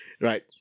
Right